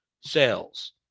sales